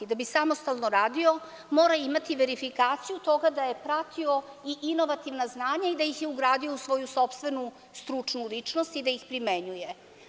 Da bi samostalno radio, mora imati verifikaciju toga da je pratio i inovativna znanja i da ih je ugradio u svoju sopstvenu stručnu ličnost i da ih primenjuje.